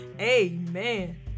amen